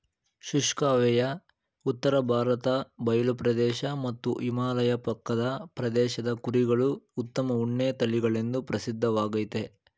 ಶುಷ್ಕ ಹವೆಯ ಉತ್ತರ ಭಾರತ ಬಯಲು ಪ್ರದೇಶ ಮತ್ತು ಹಿಮಾಲಯ ಪಕ್ಕದ ಪ್ರದೇಶದ ಕುರಿಗಳು ಉತ್ತಮ ಉಣ್ಣೆ ತಳಿಗಳೆಂದು ಪ್ರಸಿದ್ಧವಾಗಯ್ತೆ